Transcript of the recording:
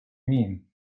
mean